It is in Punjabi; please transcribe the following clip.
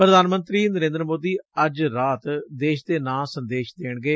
ਪੁਧਾਨ ਮੰਤਰੀ ਨਰੇਦਰ ਮੋਦੀ ਅੱਜ ਰਾਤ ਦੇਸ਼ ਦੇ ਨਾਮ ਸੰਦੇਸ਼ ਦੇਣਗੇ